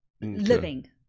living